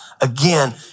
again